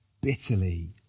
bitterly